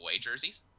jerseys